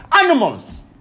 animals